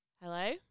Hello